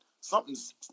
Something's